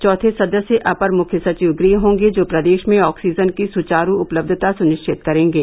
चौथे सदस्य अपर मुख्य सचिव गृह होंगे जो प्रदेश में ऑक्सीजन की सुचारु उपलब्धता सुनिश्चित करेंगे